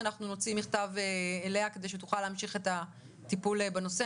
אנחנו נוציא מכתב אליה כדי שהיא תוכל להמשיך את הטיפול בנושא.